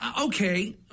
okay